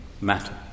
matter